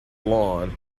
lawn